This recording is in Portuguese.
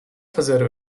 fazer